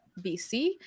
BC